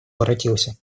воротился